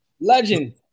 Legend